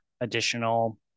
additional